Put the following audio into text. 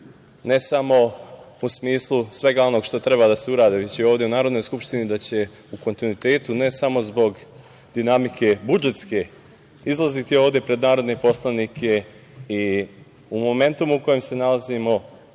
ne samo u smislu svega onoga što treba da se uradi, već i ovde u Narodnoj skupštini da će u kontinuitetu ne samo zbog budžetske dinamike izlaziti ovde pred narodne poslanike i u momentima u kojima se nalazimo